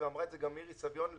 ואמרה את זה מירי סביון,